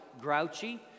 grouchy